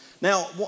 Now